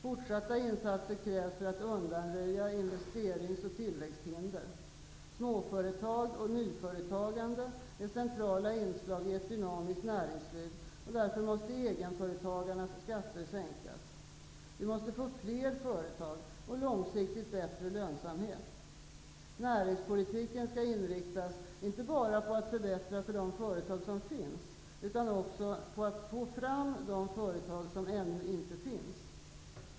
Fortsatta insatser krävs för att undanröja investerings och tillväxthinder. Småföretag och nyföretagande är centrala inslag i ett dynamiskt näringsliv -- därför måste egenföretagarnas skatter sänkas. Vi måste få fler företag och långsiktigt bättre lönsamhet. Näringspolitiken skall inriktas inte bara på att förbättra för de företag som finns utan också på att få fram de företag som ännu inte finns.